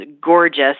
gorgeous